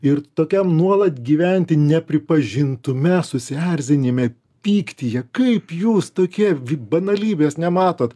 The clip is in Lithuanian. ir tokiam nuolat gyventi nepripažintume susierzinime pyktyje kaip jūs tokie banalybės nematot